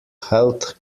health